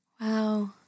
Wow